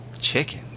Chicken